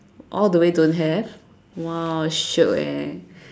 all the way don't have !wow! shiok eh